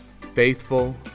faithful